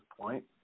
point